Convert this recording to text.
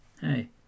Hey